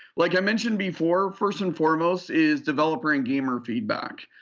like i mentioned before, first and foremost is developer and gamer feedback.